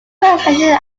reflection